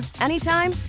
anytime